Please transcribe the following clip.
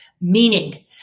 meaning